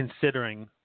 considering